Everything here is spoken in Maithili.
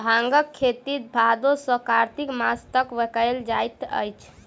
भांगक खेती भादो सॅ कार्तिक मास तक कयल जाइत अछि